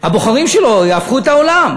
הבוחרים שלו יהפכו את העולם.